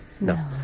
No